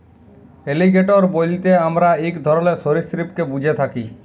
alligator বইলতে আমরা ইক ধরলের সরীসৃপকে ব্যুঝে থ্যাকি